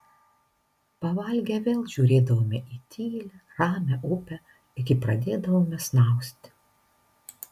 pavalgę vėl žiūrėdavome į tylią ramią upę iki pradėdavome snausti